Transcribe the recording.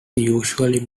usually